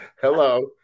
hello